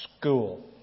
School